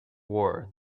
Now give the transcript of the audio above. war